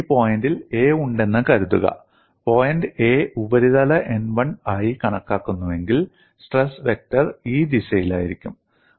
എനിക്ക് ഈ പോയിന്റിൽ A ഉണ്ടെന്ന് കരുതുക പോയിന്റ് A ഉപരിതല n1 ആയി കണക്കാക്കുന്നുവെങ്കിൽ സ്ട്രെസ് വെക്റ്റർ ഈ ദിശയിലായിരിക്കും